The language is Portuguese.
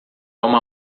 uma